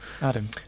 Adam